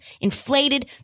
inflated